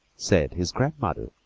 said his grandmother,